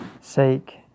sake